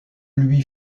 lui